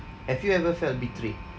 have you ever felt betrayed